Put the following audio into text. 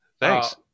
Thanks